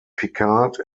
picard